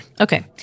Okay